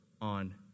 on